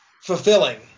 fulfilling